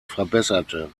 verbesserte